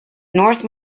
north